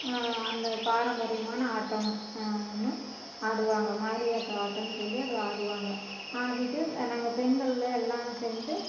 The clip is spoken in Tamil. அந்த பாரம்பரியமான ஆட்டம் ஒன்று ஆடுவாங்க மாரியாத்தா ஆட்டோன்னு சொல்லி அது ஆடுவாங்க ஆடிகிட்டு நாங்கள் பெண்கள் எல்லாம் சேர்ந்து